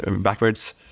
backwards